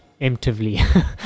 emptively